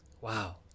Wow